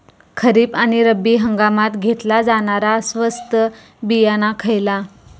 खरीप आणि रब्बी हंगामात घेतला जाणारा स्वस्त बियाणा खयला?